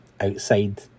outside